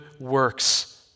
works